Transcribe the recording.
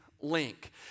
link